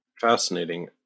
fascinating